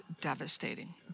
devastating